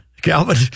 Calvin